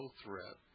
threat